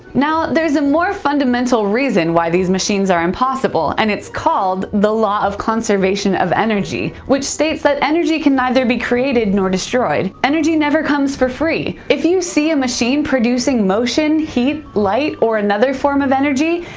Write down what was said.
now, there is a more fundamental reason why these machines are impossible, and it's called the law of conservation of energy, which states that energy can neither be created nor destroyed. energy never comes for free. if you see a machine producing motion, heat, light, or another form of energy,